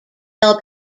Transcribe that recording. bell